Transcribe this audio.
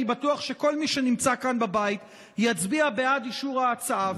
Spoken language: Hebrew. אני בטוח שכל מי שנמצא כאן בבית יצביע בעד אישור ההצעה,